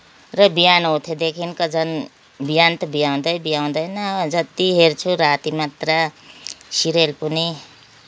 र बिहान उठेदेखि त झन बिहान त भ्याउँदै भ्याउँदैन जति हेर्छु राति मात्र सिरियल पनि